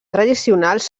tradicionals